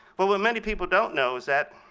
but what many people don't know is that